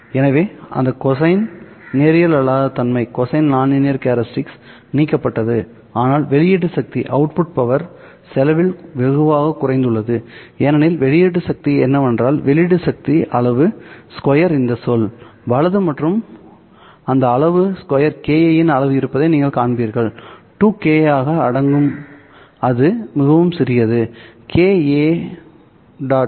எனவே அந்த கொசைன் நேரியல் அல்லாத தன்மை நீக்கப்பட்டது ஆனால் வெளியீட்டு சக்தி செலவில் வெகுவாகக் குறைத்துள்ளது ஏனெனில் வெளியீட்டு சக்தி என்னவென்றால் வெளியீட்டு சக்தி அளவு ஸ்கொயர் இந்த சொல் வலது மற்றும் இந்த அளவு ஸ்கொயர் k A இன் அளவு இருப்பதை நீங்கள் காண்பீர்கள் 2 k A ஆக அடங்கும் அது மிகவும் சிறியது k A